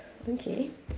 okay